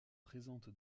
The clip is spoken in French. présente